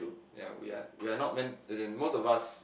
ya we are we are not meant as in most of us